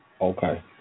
Okay